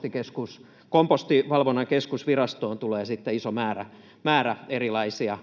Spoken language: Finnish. Kettusen välihuuto] jossa kompostivalvonnan keskusvirastoon tulee sitten iso määrä erilaisia